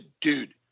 dude